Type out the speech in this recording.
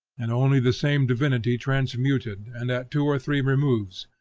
and only the same divinity transmuted and at two or three removes,